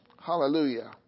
Hallelujah